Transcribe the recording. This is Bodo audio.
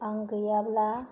आं गैयाब्ला